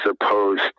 opposed